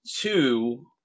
two